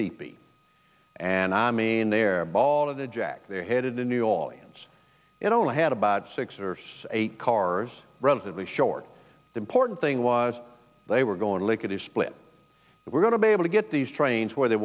p and i mean they're all of the jack they're headed to new orleans and only had about six or eight cars relatively short the important thing was they were going lickety split we're going to be able to get these trains where they